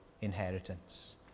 inheritance